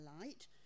light